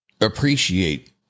appreciate